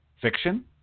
fiction